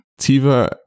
Tiva